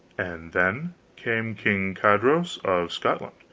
and then came king carados of scotland,